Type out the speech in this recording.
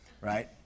right